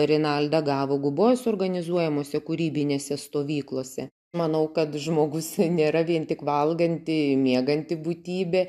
rinaldą gavo gubojos organizuojamose kūrybinėse stovyklose manau kad žmogus nėra vien tik valganti mieganti būtybė